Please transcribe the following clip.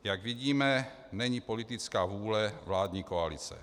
Jak vidíme, není politická vůle vládní koalice.